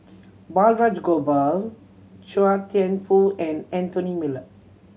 Balraj Gopal Chua Thian Poh and Anthony Miller